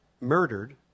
murdered